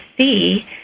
see